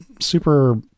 super